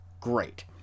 great